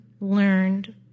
learned